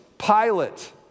Pilate